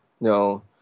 No